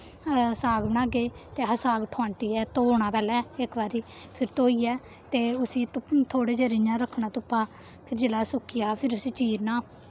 साग बनागे ते असें साग थोआंटियै धोना पैह्ले इक बारी फिर धोइये ते उसी थोह्ड़े चिर इ'यां रखना धुप्पा ते जेल्लै सु'क्किया फिर उसी चीरना